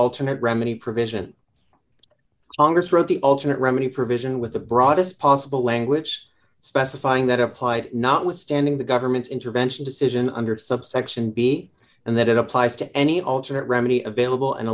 ultimate remedy provision congress wrote the ultimate remedy provision with the broadest possible language specifying that applied notwithstanding the government's intervention decision under subsection b and that it applies to any alternate remedy available and